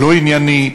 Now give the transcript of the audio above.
לא ענייני,